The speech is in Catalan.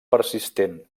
persistent